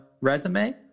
resume